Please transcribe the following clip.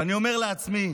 ואני אומר לעצמי: